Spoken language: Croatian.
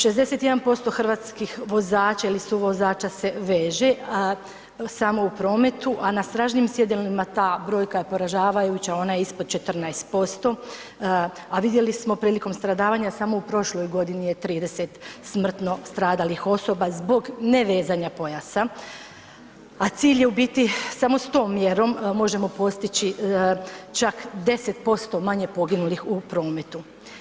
61% hrvatskih vozača ili suvozača se veže samo u prometu, a na stražnjem sjedalima ta brojka je poražavajuća ona je ispod 14%, a vidjeli smo prilikom stradavanja samo u prošloj godini je 30 smrtno stradalih osoba zbog nevezanja pojasa, a cilj je u biti samo s tom mjerom možemo postići čak 10% manje poginulih u prometu.